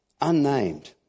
Unnamed